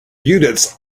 units